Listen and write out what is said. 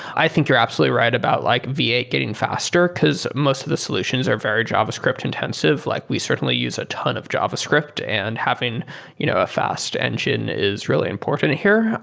i think you're absolutely right about like v eight getting faster, because most of the solutions are very javascript intensive. like we certainly use a ton of javascript and having you know a fast engine is really important here.